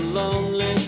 lonely